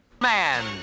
Man